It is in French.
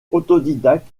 autodidacte